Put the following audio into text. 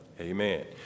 Amen